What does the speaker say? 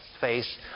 face